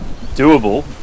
doable